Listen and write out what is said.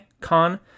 con